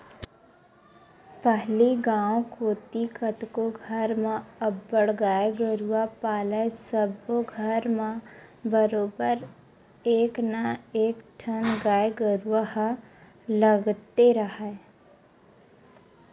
पहिली गांव कोती कतको घर म अब्बड़ गाय गरूवा पालय सब्बो घर म बरोबर एक ना एकठन गाय गरुवा ह लगते राहय